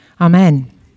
Amen